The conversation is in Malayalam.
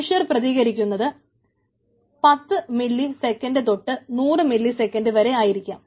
മനുഷ്യർ പ്രതികരിക്കുന്നത് 10 മില്ലി സെക്കൻഡ് തൊട്ട് 100 മില്ലി സെക്കൻഡ് വരെ ആയിരിക്കാം